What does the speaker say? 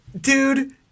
Dude